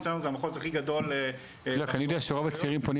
אצלנו זה המחוז הכי גדול --- אני יודע שרוב הצעירים פונים